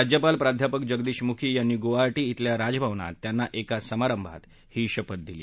राज्यपाल प्राध्यापक जगदीश मुखी यांनी गोवाहाटी धिल्या राजभवनात त्यांना एका समारंभात ही शपथ दिली